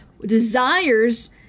desires